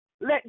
Let